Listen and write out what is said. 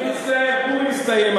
אני מצטער, פורים הסתיים.